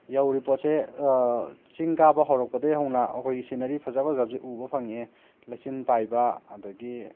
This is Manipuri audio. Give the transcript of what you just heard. ꯌꯧꯔꯤ ꯄꯣꯠꯁꯦ ꯆꯤꯡ ꯀꯥꯕ ꯍꯧꯔꯛꯄꯗꯒꯤ ꯍꯧꯅ ꯑꯩꯈꯣꯏꯒꯤ ꯁꯤꯅꯔꯤ ꯐꯖ ꯐꯖꯕꯁꯦ ꯎꯕ ꯐꯪꯉꯦ ꯂꯩꯆꯤꯟ ꯄꯥꯏꯕ ꯑꯗꯒꯤ